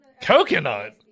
Coconut